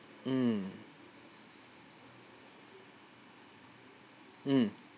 mm mm